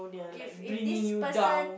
if if this person